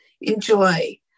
enjoy